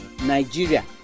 Nigeria